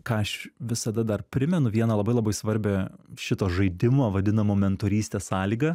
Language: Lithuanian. ką aš visada dar primenu vieną labai labai svarbią šito žaidimo vadinamo mentorystės sąlygą